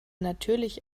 natürlich